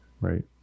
Right